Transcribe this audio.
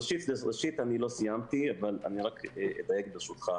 ראשית, אני לא סיימתי, אבל אני רק אדייק ברשותך.